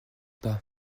pas